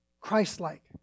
Christ-like